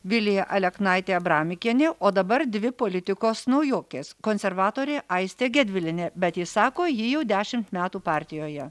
vilija aleknaitė abramikienė o dabar dvi politikos naujokės konservatorė aistė gedvilienė bet ji sako ji jau dešimt metų partijoje